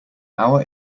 hour